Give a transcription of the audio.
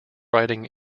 riding